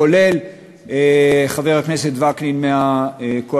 כולל חבר הכנסת וקנין מהקואליציה,